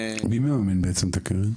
מי מממן את הקרן?